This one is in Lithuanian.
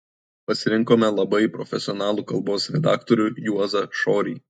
pasirinkome labai profesionalų kalbos redaktorių juozą šorį